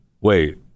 wait